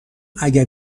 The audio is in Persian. اگه